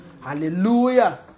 Hallelujah